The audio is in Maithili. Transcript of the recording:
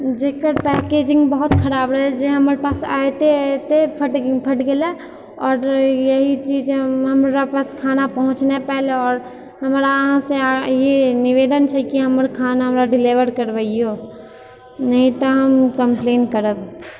जेकर पैकेजिंग बहुत खराब रहै जे हमर पास अएते अएते फट गेलै आओर यही चीज हमरापास खाना पहुँच नहि पाएल आओर हमरा अहाँसे निवेदन छै कि हमर खाना हमरा डिलेवर करबैऔ नहि तऽ हम कम्प्लेन करब